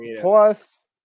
Plus